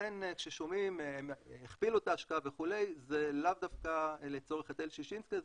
לכן כששומעים שהכפילו את ההשקעה וכו' זה לאו דווקא לצורך היטל ששינסקי,